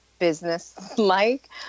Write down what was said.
business-like